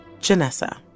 Janessa